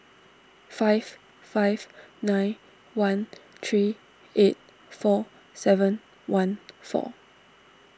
five five nine one three eight four seven one four